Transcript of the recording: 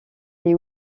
est